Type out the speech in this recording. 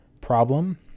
problem